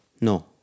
No